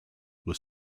were